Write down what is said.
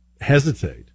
hesitate